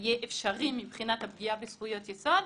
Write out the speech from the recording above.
שיהיה אפשרי מבחינת הפגיעה בזכויות יסוד,